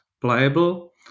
playable